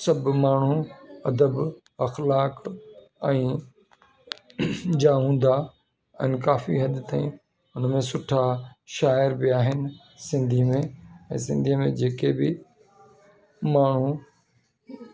सभु माण्हू अदब अख्लाकट ऐं जा हूंदा ऐं अने काफ़ी हदि ताईं हुनमें सुठा शाइर बि आहिनि सिंधी में ऐं सिंधीअ में जेके बि माण्हू